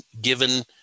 given